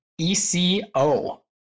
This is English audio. E-C-O